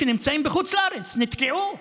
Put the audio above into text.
שנמצאים בחוץ לארץ ונתקעו.